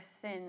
sin